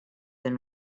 than